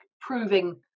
proving